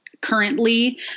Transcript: currently